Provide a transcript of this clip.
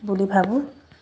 বুলি ভাবোঁ